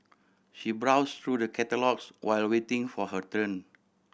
she browse through the catalogues while waiting for her turn